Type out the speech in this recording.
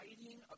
writing